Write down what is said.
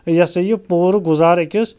یہِ ہَسا یہِ پوٗرٕ گُزار أکِس